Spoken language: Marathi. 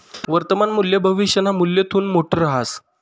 वर्तमान मूल्य भविष्यना मूल्यथून मोठं रहास